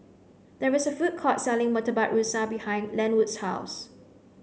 there is a food court selling murtabak rusa behind Lenwood's house